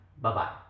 Bye-bye